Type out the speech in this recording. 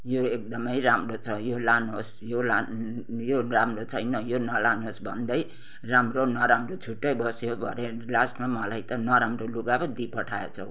यो एकदमै राम्रो छ यो लानुहोस् यो लान् यो राम्रो छैन यो नलानुहोस् भन्दै राम्रो नराम्रो छुट्ट्याइबस्यो भरे लास्टमा मलाई त नराम्रो लुगा पो दिइपठाएछौ